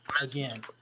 again